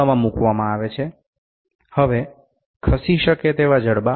তখন চলনযোগ্য বাহু বন্ধ করা হয়